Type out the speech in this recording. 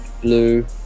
Blue